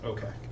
Okay